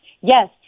Yes